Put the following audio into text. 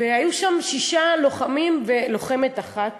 והיו שם שישה לוחמים ולוחמת אחת